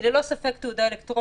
היא ללא ספק תעודה אלקטרונית,